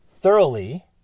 thoroughly